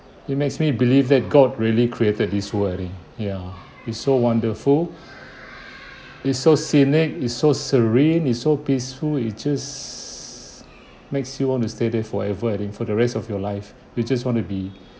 it makes me believe that god really created this world I think ya it's so wonderful it's so scenic it's so serene it's so peaceful it just makes you want to stay there forever I think for the rest of your life you just want to be